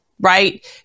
right